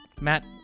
matt